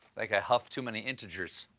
like i huffed too many integers.